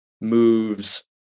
moves